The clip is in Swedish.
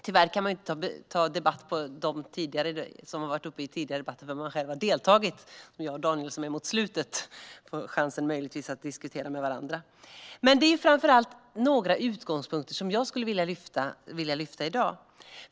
Tyvärr kan man ju inte begära replik på talare förrän man själv har deltagit i debatten, men jag och Daniel Riazat - som är sist på talarlistan - får möjligtvis chansen att diskutera med varandra. Det är framför allt några utgångspunkter jag skulle vilja lyfta fram i dag.